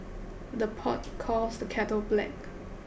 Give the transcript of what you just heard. the pot calls the kettle black